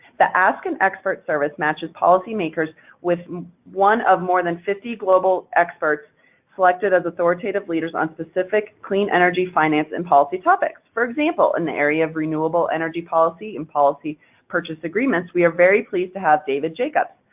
the ask an expert service matches policy makers with one of more than fifty global experts selected as authoritative leaders on specific clean energy, finance, and policy topics. for example, in the area of renewable energy policy and policy purchase agreements we are very pleased to have david jacobs,